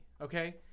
okay